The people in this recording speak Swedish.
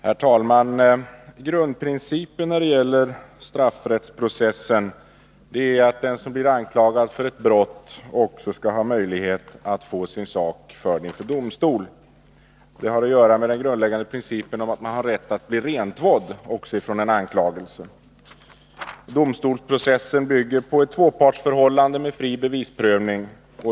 Herr talman! Grundprincipen för straffrättsprocessen är att den som har blivit anklagad för ett brott också skall ha möjlighet att få sin sak förd inför domstol. Det har att göra med den grundläggande principen om att man har rätt att bli rentvådd från en anklagelse. Domstolsprocessen bygger på ett tvåpartsförhållande med fri bevisprövning.